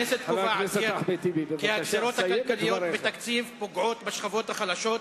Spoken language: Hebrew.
הגזירות הכלכליות בתקציב פוגעות בשכבות החלשות,